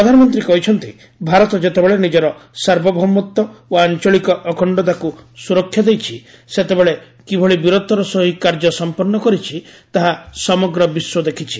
ପ୍ରଧାନମନ୍ତ୍ରୀ କହିଛନ୍ତି ଭାରତ ଯେତେବେଳେ ନିଜର ସାର୍ବଭୌମତ୍ୱ ଓ ଆଞ୍ଚଳିକ ଅଖଣ୍ଡତାକୁ ସୁରକ୍ଷା ଦେଇଛି ସେତେବେଳେ କିଭଳି ବୀରତ୍ୱର ସହ ଏହି କାର୍ଯ୍ୟ ସମ୍ପନ୍ନ କରିଛି ତାହା ସମଗ୍ର ବିଶ୍ୱ ଦେଖିଛି